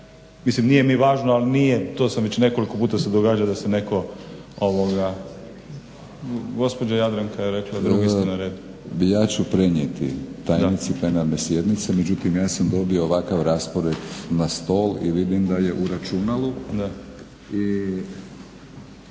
Mislim nije mi važno, ali nije to se veće nekoliko puta događa da se netko. Gospođa Jadranka je rekla drugi ste na redu. **Batinić, Milorad (HNS)** Ja ću prenijeti tajnici plenarne sjednice. Međutim ja sam dobio ovakav raspored na stol i vidim da je u računalu dr.sc.